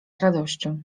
radością